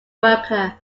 worker